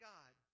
God